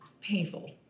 painful